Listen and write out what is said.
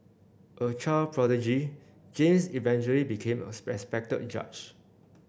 a child prodigy James eventually became a respected judge